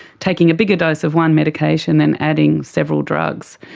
taking a bigger dose of one medication and adding several drugs.